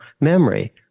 memory